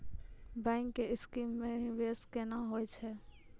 Bank के scheme मे निवेश केना होय छै?